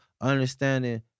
understanding